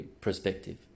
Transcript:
perspective